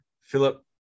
Philip